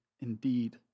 indeed